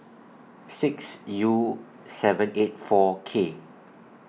six U seven eight four K